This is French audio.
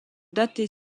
dater